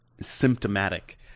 symptomatic